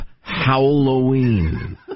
Halloween